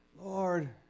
Lord